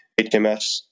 HMS